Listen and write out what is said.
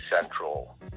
central